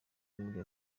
muri